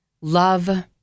love